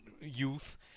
youth